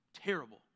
terrible